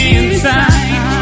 inside